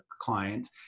client